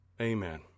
Amen